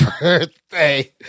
birthday